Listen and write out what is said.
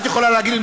את יכולה להגיד לי,